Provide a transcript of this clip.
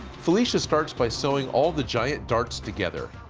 felicia starts by sewing all the giant darts together.